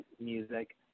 music